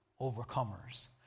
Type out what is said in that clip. overcomers